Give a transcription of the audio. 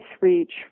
reach